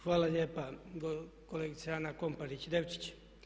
Hvala lijepa kolegice Ana Komparić Devčić.